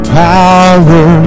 power